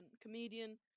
comedian